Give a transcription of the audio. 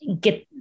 get